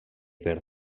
per